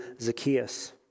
Zacchaeus